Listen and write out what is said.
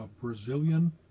Brazilian